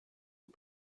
who